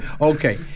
Okay